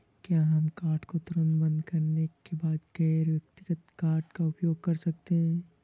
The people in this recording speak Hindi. क्या हम कार्ड को तुरंत बंद करने के बाद गैर व्यक्तिगत कार्ड का उपयोग कर सकते हैं?